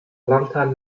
longtime